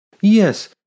Yes